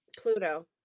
Pluto